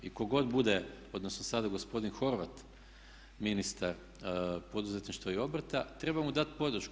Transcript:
I tko god bude, odnosno sada gospodin Horvat ministar poduzetništva i obrta treba mu dati podršku.